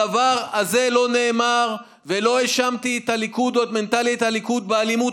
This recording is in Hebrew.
הדבר הזה לא נאמר ולא האשמתי את הליכוד או את המנטליות בליכוד באלימות